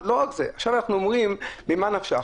לא רק זה, עכשיו אנחנו אומרים ממה נפשך?